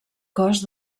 cos